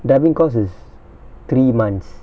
diving course is three months